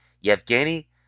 Yevgeny